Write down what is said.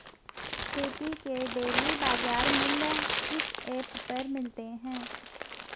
खेती के डेली बाज़ार मूल्य किस ऐप पर मिलते हैं?